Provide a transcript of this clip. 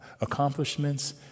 accomplishments